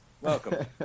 Welcome